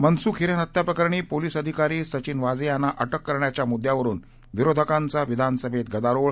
मनसुख हिरेन हत्त्याप्रकरणी पोलीस अधिकारी सचिन वाझे यांना अटक करण्याच्या मुद्द्यावरुन विरोधकांचा विधानसभेत गदारोळ